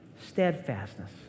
steadfastness